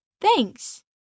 Thanks